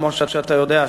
כמו שאתה יודע,